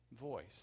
voice